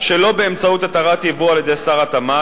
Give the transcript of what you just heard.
שלא באמצעות התרת ייבוא על-ידי שר התמ"ת,